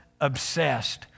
obsessed